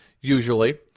usually